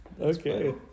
Okay